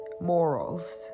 morals